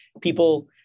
people